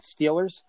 Steelers